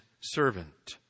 servant